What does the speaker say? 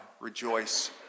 rejoice